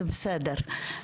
זה בסדר.